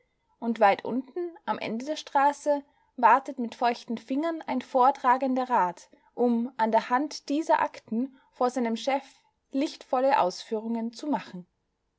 und weit unten am ende der straße wartet mit feuchten fingern ein vortragender rat um an der hand dieser akten vor seinem chef lichtvolle ausführungen zu machen